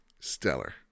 Stellar